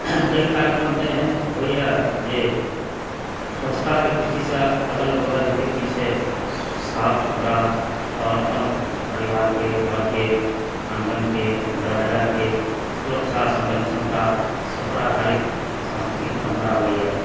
कइ कार्यक्रम तऽ एहन होइए जे स्वक्षताक दृष्टि से अगल बगल जतेक भी छै साफ सुथड़ा और अपन परिवारकेँ घरकेँ आङ्गनकॆ दरवाजके सुरक्षा संरक्षणता सब पर आधारित सांस्कृतिक परम्परा होइया